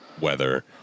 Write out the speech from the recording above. weather